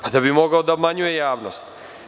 Da bi mogao da obmanjuje javnost.